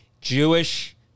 Jewish